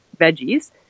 veggies